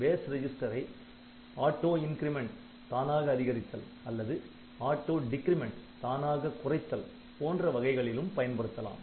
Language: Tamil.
பேஸ் ரிஜிஸ்டரை ஆட்டோ இன்கிரிமெண்ட் Auto increment தானாக அதிகரித்தல் அல்லது ஆட்டோ டிக்ரிமெண்ட் Auto decrement தானாக குறைத்தல் போன்ற வகைகளிலும் பயன்படுத்தலாம்